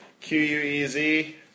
Q-U-E-Z